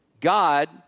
God